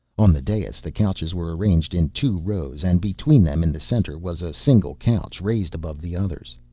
on the dais the couches were arranged in two rows and between them, in the center, was a single couch raised above the others.